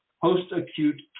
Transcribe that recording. post-acute